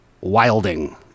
Wilding